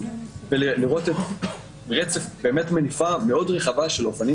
ולראות מניפה רחבה מאוד של אופנים